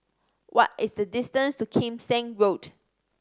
what is the distance to Kim Seng Road